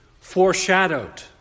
foreshadowed